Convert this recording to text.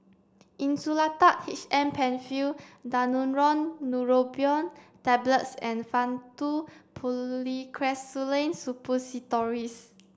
Insulatard H M Penfill Daneuron Neurobion Tablets and Faktu Policresulen Suppositories